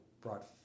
brought